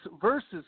versus